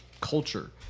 culture